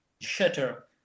shutter